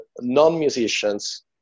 non-musicians